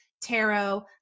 tarot